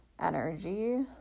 energy